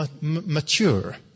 mature